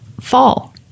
fall